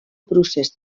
procés